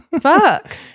Fuck